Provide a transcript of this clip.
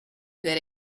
good